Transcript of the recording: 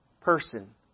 person